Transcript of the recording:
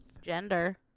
Gender